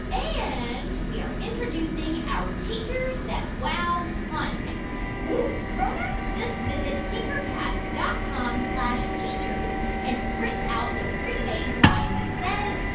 and we are introducing our teachers that wow contest grown-ups, just visit tinkercast dot com slash teachers and print out the premade sign that says,